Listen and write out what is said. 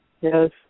yes